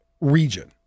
region